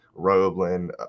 Roblin